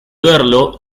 verlo